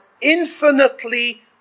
infinitely